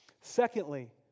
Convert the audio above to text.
Secondly